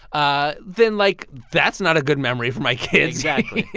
ah then, like, that's not a good memory for my kids exactly.